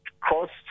costs